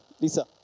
Lisa